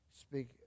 speak